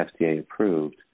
FDA-approved